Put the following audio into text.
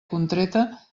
contreta